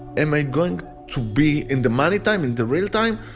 am i going to be in the money time, in the real time.